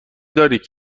دارید